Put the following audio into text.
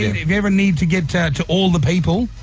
if you ever need to get to to all the people,